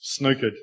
snookered